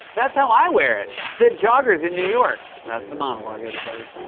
that's how i wear it! said joggers in new york. that's the monologue, everybody.